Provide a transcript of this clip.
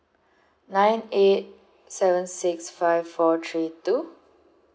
nine eight seven six five four three two